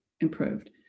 improved